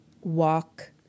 Walk